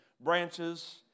branches